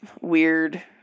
weird